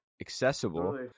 accessible